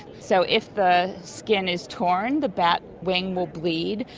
so if the skin is torn the bat wing will bleed,